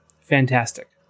fantastic